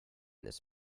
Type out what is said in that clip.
this